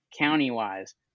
county-wise